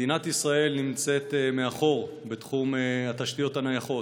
מדינת ישראל נמצאת מאחור בתחום התשתיות הנייחות.